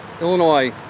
Illinois